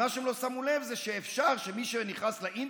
השנה הזו הולכת להיות שנה קשה, שנה של אינתיפאדה.